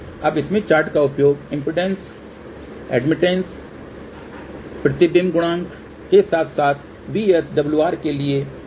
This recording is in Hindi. अब स्मिथ चार्ट का उपयोग इम्पीडेन्स एडमिटन्स प्रतिबिंब गुणांक के साथ साथ VSWR के लिए किया जा सकता है